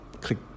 click